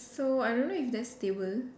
so I don't know if that's stable